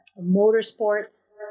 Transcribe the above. motorsports